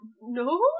No